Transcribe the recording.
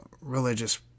religious